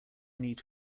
need